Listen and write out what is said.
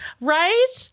right